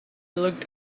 looked